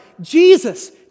Jesus